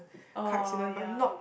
oh ya